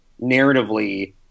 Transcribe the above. narratively